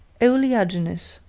oleaginous,